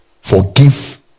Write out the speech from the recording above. Forgive